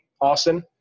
Austin